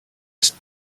ist